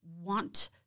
want